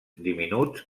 diminuts